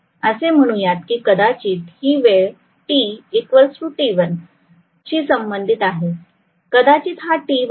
असे म्हणूयात की कदाचित ही वेळ t t1 शी संबंधित आहे कदाचित हा t1 आहे